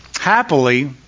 Happily